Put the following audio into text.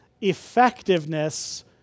effectiveness